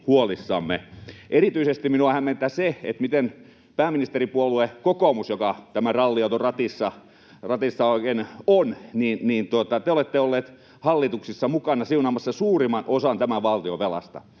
Erityisesti minua hämmentää se, miten pääministeripuolue kokoomus, joka tämän ralliauton ratissa oikein on, on ollut hallituksessa mukana siunaamassa suurimman osan tämän valtion velasta